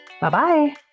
Bye-bye